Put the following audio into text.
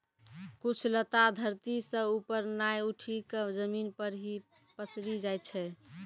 कुछ लता धरती सं ऊपर नाय उठी क जमीन पर हीं पसरी जाय छै